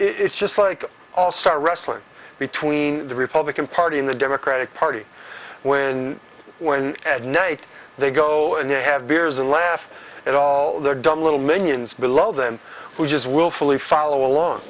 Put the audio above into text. it's just like all star wrestling between the republican party in the democratic party when when at night they go and they have beers and laugh at all their dumb little minions below them who just willfully follow along